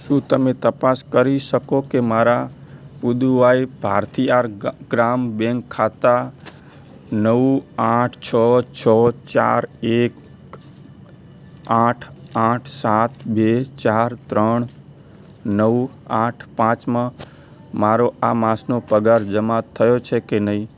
શું તમે તપાસ કરી શકો કે મારા પુદુવાઈ ભારતીયાર ગ્રામ બેંક ખાતા નવ આઠ છ છ ચાર એક આઠ આઠ સાત બે ચાર ત્રણ નવ આઠ પાંચમાં મારો આ માસનો પગાર જમા થયો છે કે નહીં